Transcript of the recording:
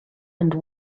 and